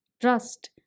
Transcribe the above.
trust